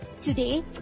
Today